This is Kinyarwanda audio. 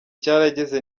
cyarageze